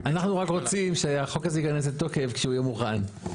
אנחנו רק רוצים שהחוק הזה ייכנס לתוקף כשהוא יהיה מוכן.